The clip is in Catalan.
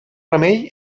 remei